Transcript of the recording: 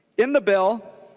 in the bill